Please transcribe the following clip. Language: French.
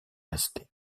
rester